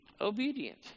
obedient